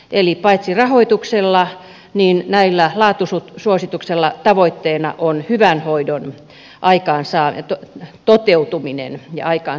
eli paitsi rahoituksella myös näillä laatusuosituksilla tavoitteena on hyvän hoidon toteutuminen ja aikaansaaminen